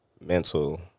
mental